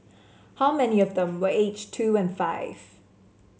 how many of them were aged two and five